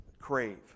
crave